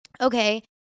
okay